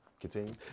Continue